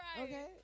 Okay